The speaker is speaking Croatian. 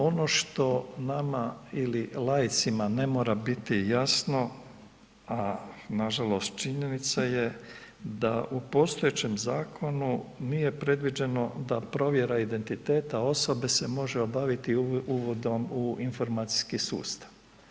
Ono što nama ili laicima ne mora biti jasno, a nažalost činjenica je da u postojećem zakonu nije predviđeno da provjera identiteta osobe se može obaviti uvidom u informacijski sustav.